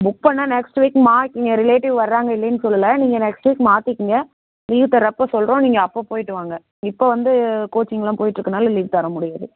book பண்ணால் next week மாறிக்கிங்க relative வர்றாங்க இல்லேன்னு சொல்லலை நீங்கள் நெக்ஸ்ட் வீக் மாற்றிக்கங்க லீவ் தரப்போ சொல்லுறோம் நீங்கள் அப்போ போயிவிட்டு வாங்க இப்போ வந்து கோச்சிங் எல்லாம் போயிட்டுருக்கறனால லீவ் தர முடியாது